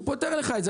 הוא פותר לך את זה.